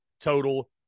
total